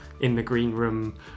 in-the-green-room